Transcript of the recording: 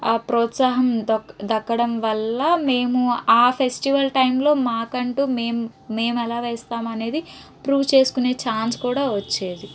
ఆ ప్రోత్సాహం ద దక్కడం వాళ్ళ ఆ ఫెస్టివల్ టైంలో మేము మాకంటూ మేము ఎలా చేస్తాం అనేది ప్రూవ్ చేసుకునే ఛాన్స్ కూడా వచ్చేది